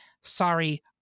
sorry